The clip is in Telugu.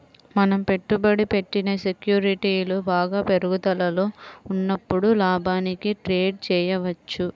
మనం పెట్టుబడి పెట్టిన సెక్యూరిటీలు బాగా పెరుగుదలలో ఉన్నప్పుడు లాభానికి ట్రేడ్ చేయవచ్చు